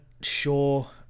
sure